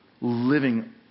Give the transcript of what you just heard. living